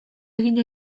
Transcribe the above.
egin